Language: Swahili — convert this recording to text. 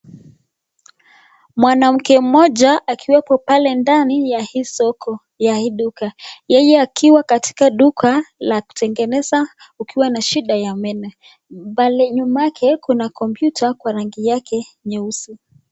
Mwanamke mmoja akiwepo pale ndani ya hii soko ya hii duka. Yeye akiwa katika duka la kutengeneza ukiwa na shida ya meno. Pale nyuma yake kuna kompyuta kwa rangi yake nyeusi.